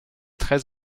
très